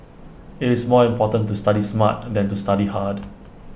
IT is more important to study smart than to study hard